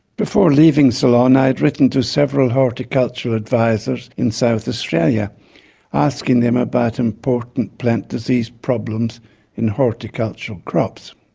before leaving ceylon, i had written to several horticultural advisers in south australia asking them about important plant disease problems in horticultural crops.